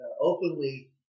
openly